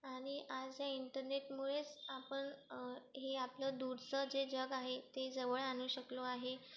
आणि आज या इंटरनेटमुळेच आपण हे आपलं दूरचं जे जग आहे ते जवळ आणू शकलो आहे